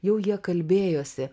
jau jie kalbėjosi